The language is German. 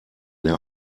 der